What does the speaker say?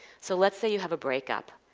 so let's say you have a breakup.